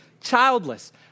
childless